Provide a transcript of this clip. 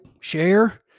share